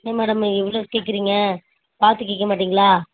என்ன மேடம் இவ்வளோ கேட்குறீங்க பார்த்து கேட்கமாட்டீங்களா